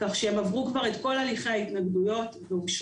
כך שהן עברו כבר את כל הליכי ההתנגדויות ואושרו.